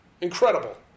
Incredible